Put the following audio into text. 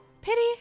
Pity